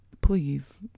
please